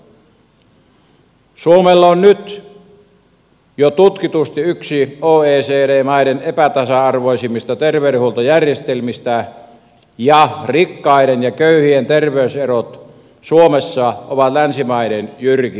suomella on nyt jo tutkitusti yksi oecd maiden epätasa arvoisimmista terveydenhuoltojärjestelmistä ja rikkaiden ja köyhien terveyserot suomessa ovat länsimaiden jyrkimpiä